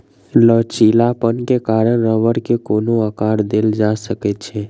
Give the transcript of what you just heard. लचीलापन के कारण रबड़ के कोनो आकर देल जा सकै छै